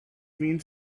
mean